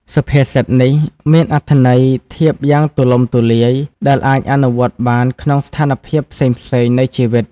សុភាសិតនេះមានអត្ថន័យធៀបយ៉ាងទូលំទូលាយ ដែលអាចអនុវត្តបានក្នុងស្ថានភាពផ្សេងៗនៃជីវិត។